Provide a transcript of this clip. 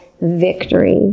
victory